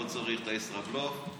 לא צריך את הישראבלוף.